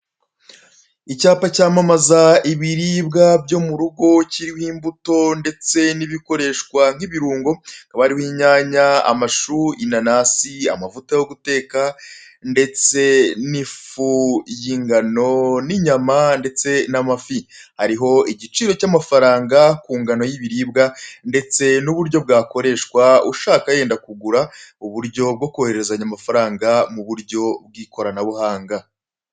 Icyapa cyamamaza ibiribwa byo murugo kiriho imbuto ndetse n'ibikoreshwa nk'ibirungo hakaba hariho inyanya, amashu, inanasi, amavuta yo guteka ndetse ifu y'ingano n'inyama, ndetse n'amafi hariho igiciro cy'amafaranga ku ngano y'ibiribwa ndetse n'uburyo bwakoreshwa ushaka yenda kugura uburyo bwokoherezanye amafaranga muburyo bw'ikoranabuhanga.